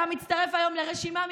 אתה מצטרף היום לרשימה מיוחדת,